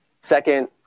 Second